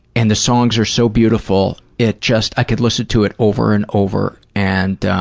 and the songs are so beautiful, it just, i could listen to it over and over and